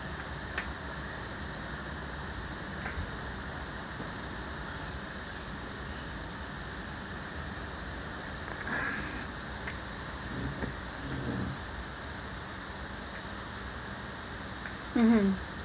mmhmm